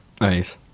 Nice